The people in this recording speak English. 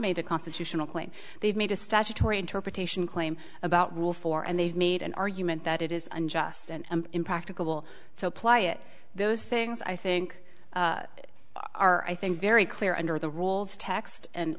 made a constitutional claim they've made a statutory interpretation claim about wolf four and they've made an argument that it is unjust and impractical to apply it those things i think are i think very clear under the rules text and